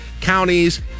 counties